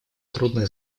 трудная